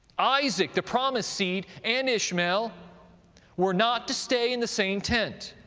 isaac, the promised seed, and ishmael were not to stay in the same tent,